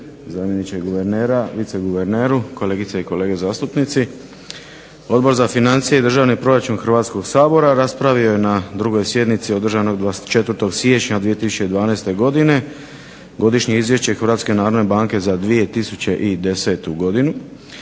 zamjeniče guvernera, vice guverneru, kolegice i kolege zastupnici. Odbor za financije i državni proračun Hrvatskog sabora raspravio je na 2. sjednici održanoj 24. siječnja 2012. godine godišnje izvješće Hrvatske narodne banke za 2010. godinu,